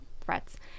threats